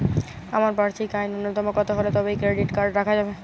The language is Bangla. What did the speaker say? আমার বার্ষিক আয় ন্যুনতম কত হলে তবেই ক্রেডিট কার্ড রাখা যাবে?